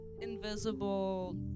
invisible